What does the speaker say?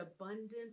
abundant